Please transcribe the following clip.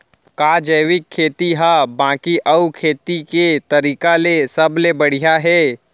का जैविक खेती हा बाकी अऊ खेती के तरीका ले सबले बढ़िया हे?